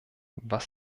was